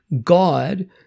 God